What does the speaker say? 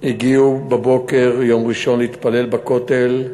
הגיעו בבוקר יום ראשון להתפלל בכותל,